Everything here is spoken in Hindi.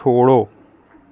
छोड़ो